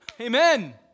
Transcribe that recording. amen